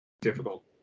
difficult